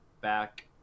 back